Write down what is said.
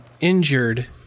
injured